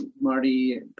Marty